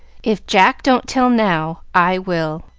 if jack don't tell now, i will.